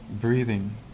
breathing